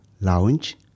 Lounge